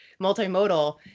multimodal